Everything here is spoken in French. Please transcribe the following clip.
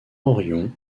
orion